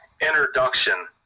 introduction